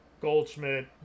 Goldschmidt